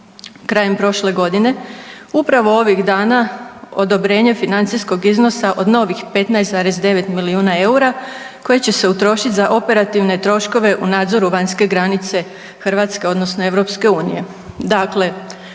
krajem prošle godine upravo ovih dana odobrenje financijskog iznosa od novih 15,9 milijuna EUR-a koje će se utrošiti za operativne troškove u nadzoru vanjske granice Hrvatske odnosno EU. Dakle,